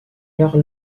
leur